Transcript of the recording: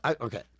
okay